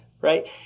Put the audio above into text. right